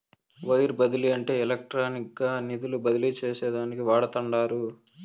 wire బదిలీ అంటే ఎలక్ట్రానిక్గా నిధులు బదిలీ చేసేదానికి వాడతండారు